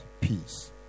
Peace